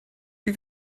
wie